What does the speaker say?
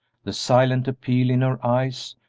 the silent appeal in her eyes,